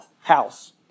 house